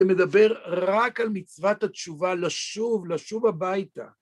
זה מדבר רק על מצוות התשובה לשוב, לשוב הביתה.